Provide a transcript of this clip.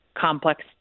complex